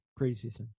preseason